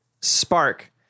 spark